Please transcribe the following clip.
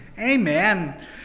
amen